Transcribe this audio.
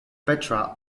petra